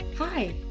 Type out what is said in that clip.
Hi